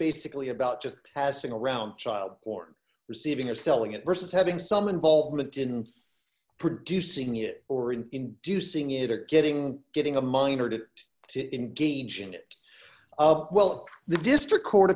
basically about just passing around child porn receiving a selling it versus having some involvement in producing it or in inducing it or getting getting a minor hit to engage in it well the district court